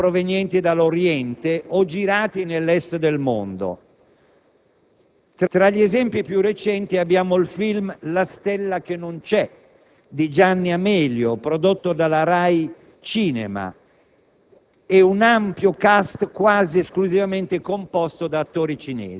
Sempre più di frequente ci capita di vedere film provenienti dall'Oriente o girati nell'Est del mondo. Tra gli esempi più recenti abbiamo il film «La stella che non c'è» di Gianni Amelio, prodotto da RAI-Cinema,